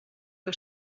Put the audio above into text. que